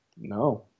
No